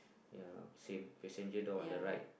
ya same passenger door on the right